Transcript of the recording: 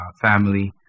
family